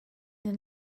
den